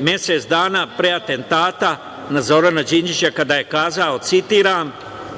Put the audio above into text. mesec dana pre atentata na Zorana Đinđića kada je rekao, citiram